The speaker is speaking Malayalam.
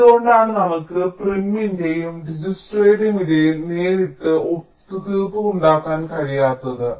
എന്തുകൊണ്ടാണ് നമുക്ക് പ്രിമിന്റെയും ദിജ്ക്സ്ട്രയുടെയും ഇടയിൽ നേരിട്ട് ഒത്തുതീർപ്പ് ഉണ്ടാക്കാൻ കഴിയാത്തത്